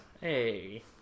Hey